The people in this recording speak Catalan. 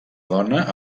dona